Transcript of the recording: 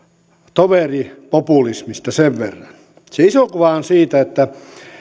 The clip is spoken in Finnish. toveripopulismista se iso kuva on siitä että